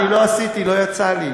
אני לא עשיתי, לא יצא לי.